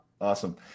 Awesome